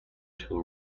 tool